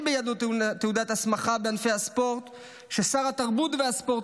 בידו תעודת הסמכה בענפי הספורט ששר התרבות והספורט